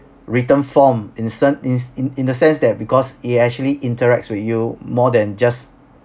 written form instant ins~ in in the sense that because it actually interacts with you more than just